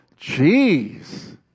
Jeez